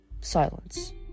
Silence